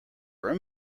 rim